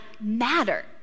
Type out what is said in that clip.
matter